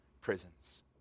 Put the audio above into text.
prisons